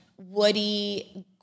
woody